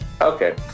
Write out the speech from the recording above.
Okay